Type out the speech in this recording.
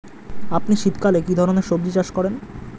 আপনি শীতকালে কী ধরনের সবজী চাষ করেন?